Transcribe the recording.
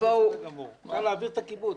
אפשר להעביר את הקיבוץ.